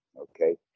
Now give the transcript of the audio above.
okay